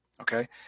Okay